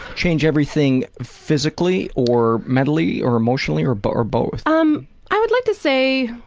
change everything physically, or mentally or emotionally or but or both? um i would like to say,